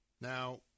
now